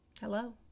hello